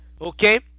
okay